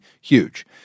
huge